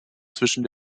zwischen